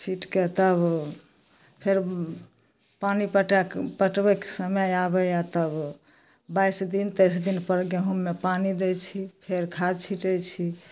छीटिकऽ तब फेर पानि पटाकऽ पटबैके समय आबैए तब बाइस दिन तेइस दिनपर गहूममे पानी दै छी फेर खाद छिटै छी